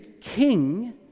king